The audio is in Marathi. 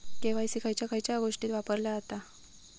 के.वाय.सी खयच्या खयच्या गोष्टीत वापरला जाता?